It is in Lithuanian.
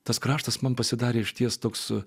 tas kraštas man pasidarė išties toks su